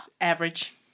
Average